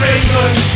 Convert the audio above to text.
England